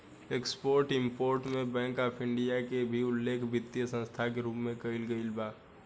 export import में Bank of India के भी उल्लेख वित्तीय संस्था के रूप में कईल गईल बा